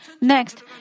Next